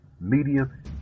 medium